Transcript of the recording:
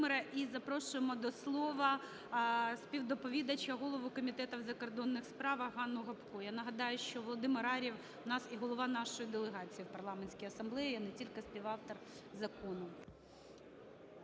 І запрошуємо до слова співдоповідача, голову Комітету у закордонних справах Ганну Гопко. Я нагадаю, що Володимир Ар'єв в нас і голова нашої делегації в Парламентській Асамблеї, а не тільки співавтор закону.